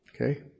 Okay